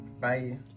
Bye